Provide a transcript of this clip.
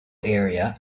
area